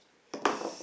s~